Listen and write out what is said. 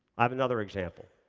i have another example.